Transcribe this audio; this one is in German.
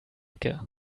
ecke